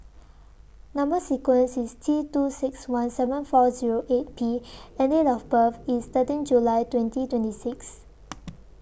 Number sequence IS T two six one seven four Zero eight P and Date of birth IS thirteen July twenty twenty six